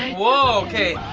whoa, okay!